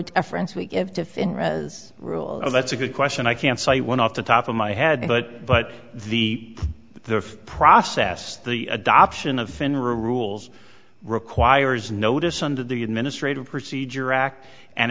rule that's a good question i can't cite one off the top of my had but but the the process the adoption of finra rules requires notice under the administrative procedure act and